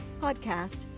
podcast